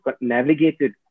navigated